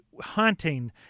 hunting